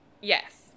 Yes